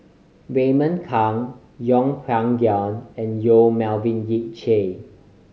Raymond Kang Yeng Pway Ngon and Yong Melvin Yik Chye